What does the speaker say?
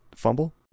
fumble